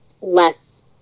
less